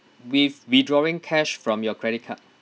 with withdrawing cash from your credit card